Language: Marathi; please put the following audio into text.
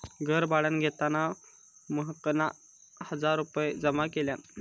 घर भाड्यान घेताना महकना हजार रुपये जमा केल्यान